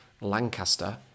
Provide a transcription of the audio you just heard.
Lancaster